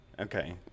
Okay